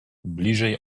bliżej